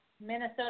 Minnesota